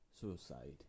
suicide